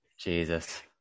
Jesus